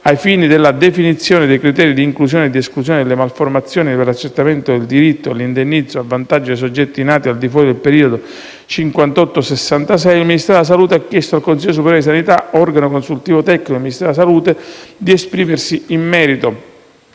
ai fini della definizione dei criteri di inclusione e di esclusione delle malformazioni per l'accertamento del diritto all'indennizzo a vantaggio dei soggetti nati al di fuori del periodo 1958-1966, il Ministero della salute ha chiesto al Consiglio superiore di sanità - organo consultivo tecnico del Ministro della salute - di esprimersi in merito